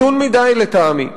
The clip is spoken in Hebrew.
מתון מדי לטעמי.